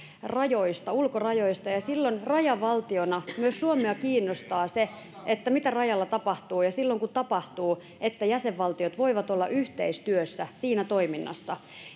ulkorajoista ja ja silloin rajavaltiona myös suomea kiinnostaa se mitä rajalla tapahtuu ja se että silloin kun tapahtuu niin jäsenvaltiot voivat olla yhteistyössä siinä toiminnassa